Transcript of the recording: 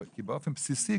כי באופן בסיסי,